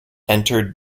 entered